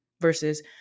versus